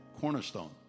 Cornerstone